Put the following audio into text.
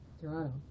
Toronto